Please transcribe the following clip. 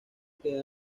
queda